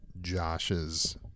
josh's